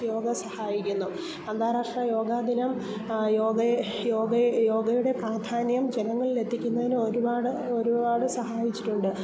യോഗ സഹായിക്കുന്നു അന്താരാഷ്ട്ര യോഗദിനം യോഗയെ യോഗയെ യോഗയുടെ പ്രാധാന്യം ജനങ്ങളിൽ എത്തിക്കുന്നതിന് ഒരുപാട് ഒരുപാട് സഹായിച്ചിട്ടുണ്ട്